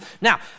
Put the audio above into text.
Now